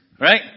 Right